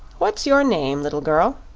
what's your name, little girl?